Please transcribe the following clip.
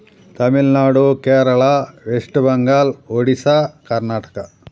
Tamil Nadu Kerala West Bengal Odisha Karnataka